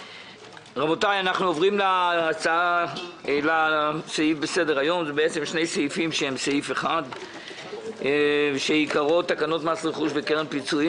3. הצעת תקנות מס רכוש וקרן פיצויים